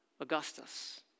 Augustus